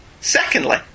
Secondly